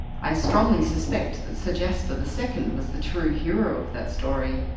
i strongly suspect that sir jasper the second was the true hero of that story,